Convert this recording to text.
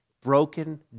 broken